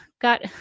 got